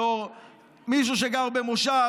בתור מישהו שגר במושב,